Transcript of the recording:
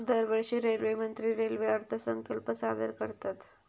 दरवर्षी रेल्वेमंत्री रेल्वे अर्थसंकल्प सादर करतत